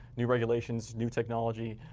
new regulations, new technology,